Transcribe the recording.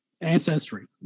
ancestry